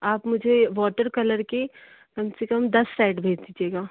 आप मुझे water colour के कम से कम दस सैड भेज दीजिएगा